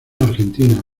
argentina